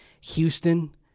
Houston